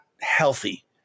healthy